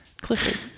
Clifford